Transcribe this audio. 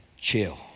chill